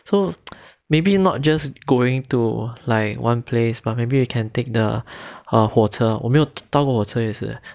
so maybe not just going to like one place but maybe you can take the err 火车我没有搭过火车也是